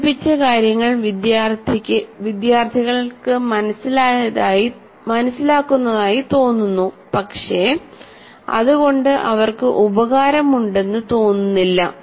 അവതരിപ്പിച്ച കാര്യങ്ങൾ വിദ്യാർത്ഥികൾ മനസ്സിലാക്കുന്നതായി തോന്നുന്നു പക്ഷേ അതുകൊണ്ടു അവർക്കു ഉപകാരം ഉണ്ടെന്നു തോന്നുന്നില്ല